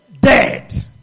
dead